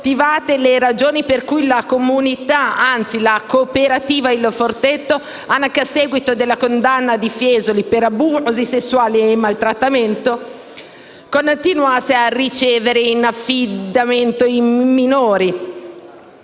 le ragioni per cui la comunità, anzi la cooperativa Il Forteto, anche a seguito della condanna di Fiesoli per abusi sessuali e maltrattamenti, continuasse a ricevere in affidamento dei minori,